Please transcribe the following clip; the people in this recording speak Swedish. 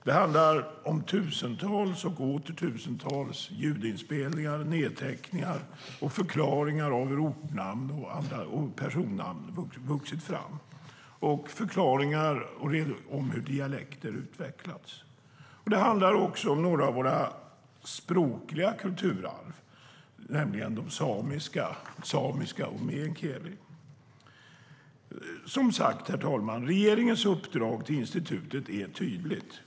Det handlar om tusentals och åter tusentals ljudinspelningar, nedteckningar och förklaringar om hur ortnamn och personnamn har vuxit fram och förklaringar om hur dialekter har utvecklats. Det handlar också om några av våra språkliga kulturarv, nämligen samiska och meänkieli. Herr talman! Regeringens uppdrag till institutet är tydligt.